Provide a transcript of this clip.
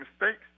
mistakes